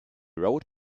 road